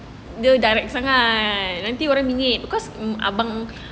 direct sangat nanti orang mengingin because um abang